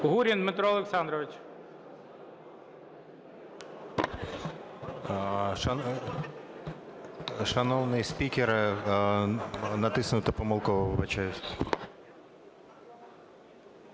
Гурін Дмитро Олександрович.